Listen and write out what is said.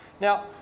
Now